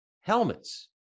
helmets